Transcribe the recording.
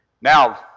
Now